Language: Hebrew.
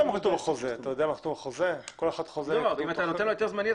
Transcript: אם אתה נותן לו היתר זמני,